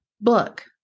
book